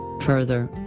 Further